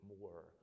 more